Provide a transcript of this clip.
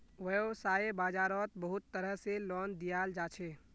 वैव्साय बाजारोत बहुत तरह से लोन दियाल जाछे